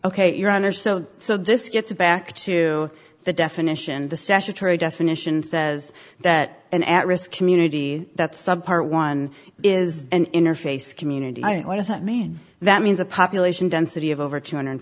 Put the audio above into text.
ok your honor so so this gets back to the definition the statutory definition says that an at risk community that sub part one is an interface community what does that mean that means a population density of over two hundred and